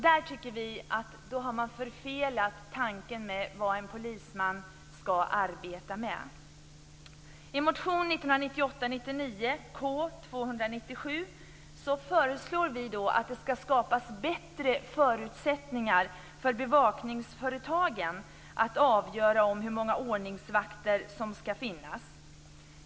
Vi tycker att man då har förfelat tanken med det som en polisman skall arbeta med. I motion 1998/99:K297 föreslår vi att det skall skapas bättre förutsättningar för bevakningsföretagen att avgöra hur många ordningsvakter som skall finnas.